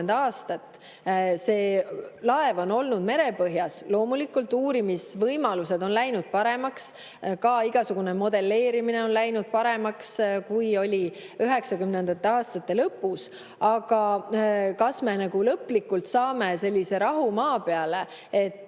aastat. See laev on olnud merepõhjas. Loomulikult, uurimisvõimalused on läinud paremaks, ka igasugune modelleerimine on läinud paremaks, kui see oli 1990. aastate lõpus. Aga kas me lõplikult saame sellise rahu maa peale, et